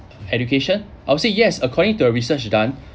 education I would say yes according to a research done